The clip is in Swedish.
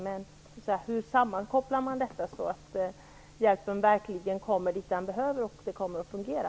Men hur sammankopplar man de båda delarna så att hjälpen verkligen kommer dit där den behövs och så att det kommer att fungera?